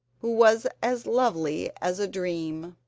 who was as lovely as a dream.